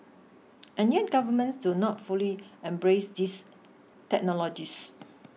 and yet governments do not fully embrace these technologies